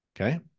okay